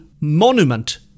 monument